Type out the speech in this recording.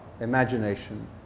imagination